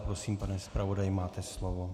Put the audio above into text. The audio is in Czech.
Prosím, pane zpravodaji, máte slovo.